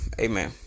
amen